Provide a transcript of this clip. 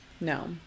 No